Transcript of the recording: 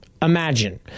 Imagine